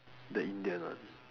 the Indian one